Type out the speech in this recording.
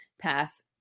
pass